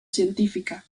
científica